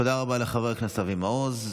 תודה רבה לחבר הכנסת אבי מעוז.